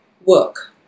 work